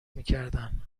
میکردن